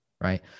Right